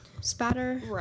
spatter